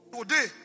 Today